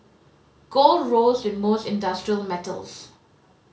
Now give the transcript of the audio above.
gold rose with most industrial metals